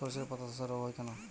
শর্ষের পাতাধসা রোগ হয় কেন?